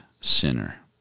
sinner